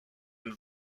and